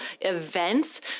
events